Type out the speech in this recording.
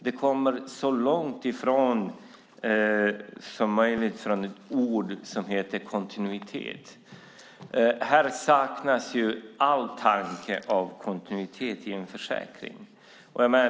Det är så långt från ordet "kontinuitet" som det är möjligt. Här saknas alla tankar om kontinuitet i försäkringen.